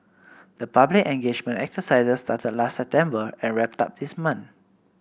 the public engagement exercises started last September and wrapped up this month